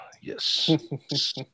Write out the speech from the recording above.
Yes